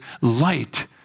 light